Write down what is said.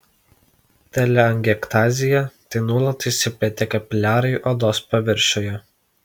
teleangiektazija tai nuolat išsiplėtę kapiliarai odos paviršiuje